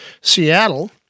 Seattle